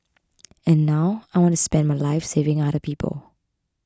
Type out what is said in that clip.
and now I want to spend my life saving other people